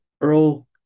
earl